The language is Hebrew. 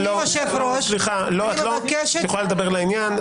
את יכולה לדבר לעניין.